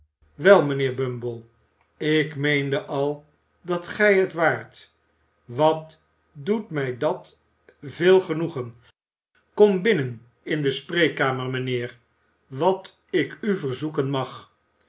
wel mijnheer bumble ik meende al dat gij het waart wat doet mij dat veel genoegen kom binnen in de spreekkamer mijnheer wat ik u verzoeken mag